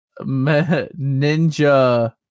Ninja